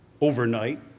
overnight